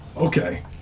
Okay